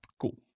Cool